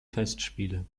festspiele